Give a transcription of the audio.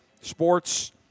sports